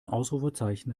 ausrufezeichen